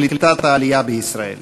קליטת העלייה בישראל.